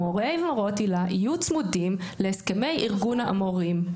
מורי ומורות היל"ה יהיו צמודים להסכמי ארגון המורים,